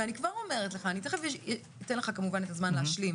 אני תיכף אתן לך כמובן את הזמן להשלים